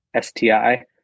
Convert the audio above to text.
STI